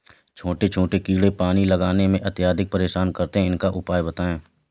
छोटे छोटे कीड़े पानी लगाने में अत्याधिक परेशान करते हैं इनका उपाय बताएं?